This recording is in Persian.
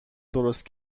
درست